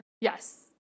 Yes